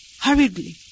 hurriedly